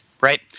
right